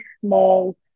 small